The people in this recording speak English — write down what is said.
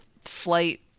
flight